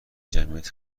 جمعیت